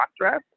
draft